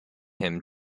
him